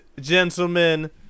gentlemen